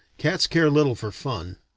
cats care little for fun.